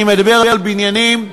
אני מדבר על בניינים,